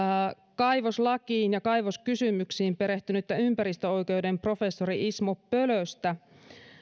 kaivoslakiin ja kaivoskysymyksiin perehtynyttä ympäristöoikeuden professori ismo pölöstä